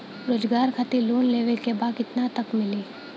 रोजगार खातिर लोन लेवेके बा कितना तक मिल सकेला?